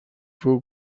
fou